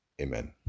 Amen